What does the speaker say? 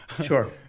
sure